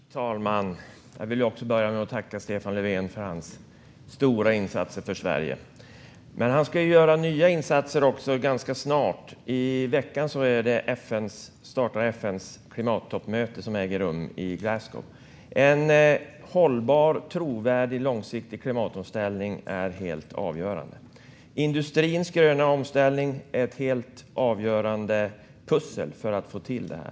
Herr talman! Jag vill också börja med att tacka Stefan Löfven för hans stora insatser för Sverige. Men han ska göra nya insatser ganska snart. Nu i veckan startar FN:s klimattoppmöte, som äger rum i Glasgow. En hållbar, trovärdig och långsiktig klimatomställning är helt avgörande. Industrins gröna omställning är ett helt avgörande pussel för att man ska få till detta.